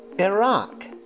Iraq